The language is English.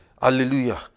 Hallelujah